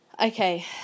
Okay